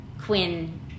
Quinn